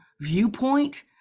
viewpoint